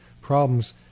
problems